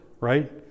Right